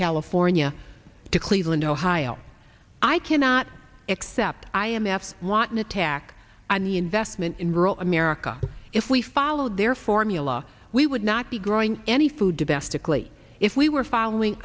california to cleveland ohio i cannot except i m f want an attack on the investment in rural america if we follow their formula we would not be growing any food domestically if we were following